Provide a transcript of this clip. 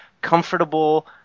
comfortable